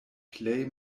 plej